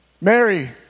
Mary